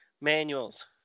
manuals